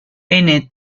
terminal